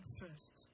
first